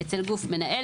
אצל גוף מנהל,